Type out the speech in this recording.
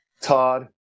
Todd